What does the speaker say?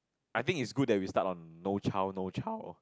I think it's good that we start on no child no child